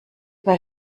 bei